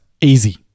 easy